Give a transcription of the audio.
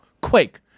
Quake